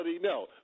no